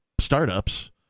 startups